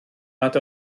nad